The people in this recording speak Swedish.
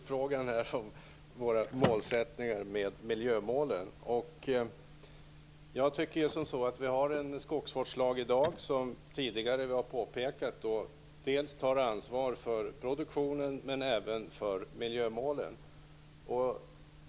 Fru talman! Det kom en förfrågan om vår syn på miljömålen. Vi har i dag en skogsvårdslag som tar ansvar dels för produktionen, dels för miljömålen, som vi tidigare har påpekat.